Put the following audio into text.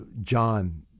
John